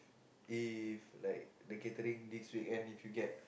if like the gathering this week right if you get